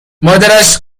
مادرش